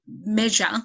measure